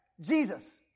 Jesus